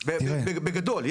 בגדול.